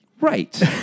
right